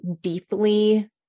deeply